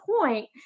point